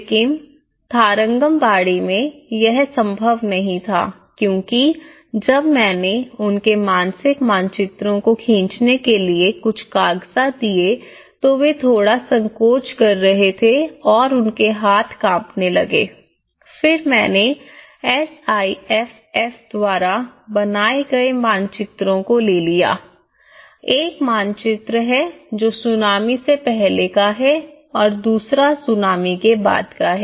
लेकिन तारंगमबाड़ी में यह संभव नहीं था क्योंकि जब मैंने उनके मानसिक मानचित्रों को खींचने के लिए कुछ कागजात दिए तो वे थोड़ा संकोच कर रहे थे और उनके हाथ कांपने लगे फिर मैंने S I F F SIFF द्वारा बनाए गए मानचित्रों को ले लिया एक मानचित्र है जो सुनामी से पहले का है और दूसरा सुनामी के बाद का है